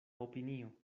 opinio